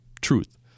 truth